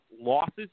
losses